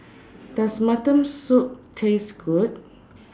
Does Mutton Soup Taste Good